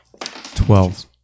Twelve